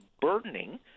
burdening